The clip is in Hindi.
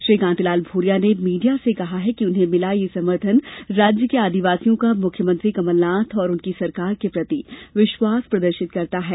श्री कांतिलाल भूरिया ने मीडिया से कहा कि उन्हें मिला यह समर्थन राज्य के आदिवासियों का मुख्यमंत्री कमलनाथ और उनकी सरकार के प्रति विश्वास प्रदर्शित करता है